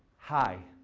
hi,